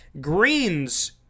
Green's